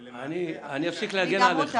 ולמעשה החל --- אני אפסיק להגן עליך